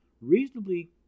reasonably